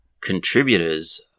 contributors